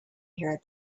hear